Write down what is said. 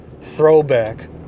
throwback